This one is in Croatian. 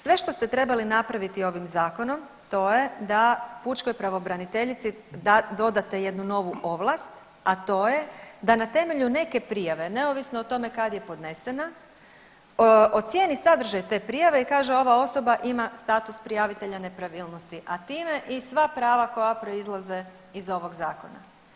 Sve što ste trebali napraviti ovim zakonom to je da pučkoj pravobraniteljici dodate jednu novu ovlast, a to je da na temelju neke prijave neovisno o tome kad je podnesena ocijeni sadržaj te prijave i kaže ova osoba ima status prijavitelja nepravilnosti a time i sva prava koja proizlaze iz ovog zakona.